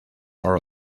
are